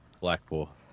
Blackpool